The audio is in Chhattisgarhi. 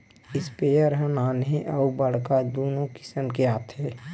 इस्पेयर ह नान्हे अउ बड़का दुनो किसम के आथे